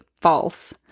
false